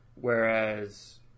whereas